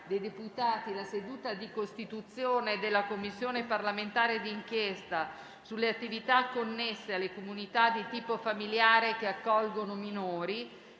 ha chiamato a far parte della Commissione parlamentare di inchiesta sulle attività connesse alle comunità di tipo familiare che accolgono minori